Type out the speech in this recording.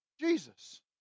Jesus